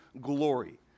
glory